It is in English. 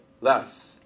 less